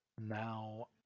Now